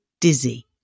dizzy